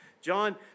John